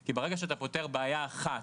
כי ברגע שאתה פותר רק בעיה אחת